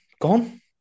gone